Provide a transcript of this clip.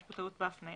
יש כאן טעות בהפניה.